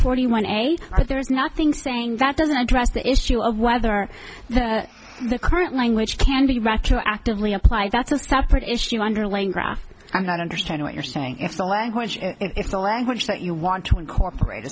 forty one eight but there is nothing saying that doesn't address the issue of whether that the current language can be retroactively applied that's a separate issue underlying i'm not understand what you're saying if the language if the language that you want to incorporate